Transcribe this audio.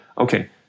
okay